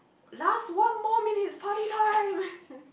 last one more minutes party time